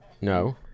No